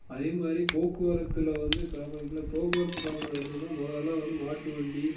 அதே மாரி போக்குவரத்தில் வந்து ப்ராப்ளம் இதில் போக்குவரத்து ப்ராப்ளம் என்னென்னா முதலெல்லாம் வந்து மாட்டுவண்டி